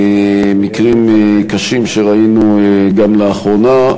מקרים קשים שראינו גם לאחרונה.